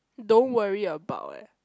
don't worry about what